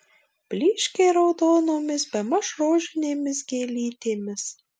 blyškiai raudonomis bemaž rožinėmis gėlytėmis